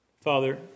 Father